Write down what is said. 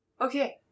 Okay